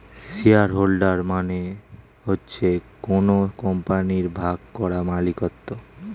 share holder মানে হচ্ছে কোন কোম্পানির ভাগ করা মালিকত্ব